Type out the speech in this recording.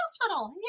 hospital